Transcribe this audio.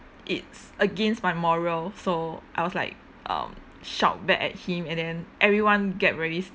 it's against my moral so I was like um shout back at him and then everyone get really